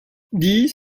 dies